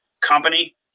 company